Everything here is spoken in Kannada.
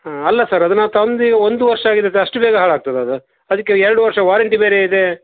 ಹಾಂ ಅಲ್ಲ ಸರ್ ಅದು ನಾನು ತಂದು ಈಗ ಒಂದು ವರ್ಷ ಆಗಿದೆ ಅಷ್ಟು ಬೇಗ ಹಾಳಾಗ್ತದಾ ಅದು ಅದಕ್ಕೆ ಎರಡು ವರ್ಷ ವಾರಂಟಿ ಬೇರೆ ಇದೆ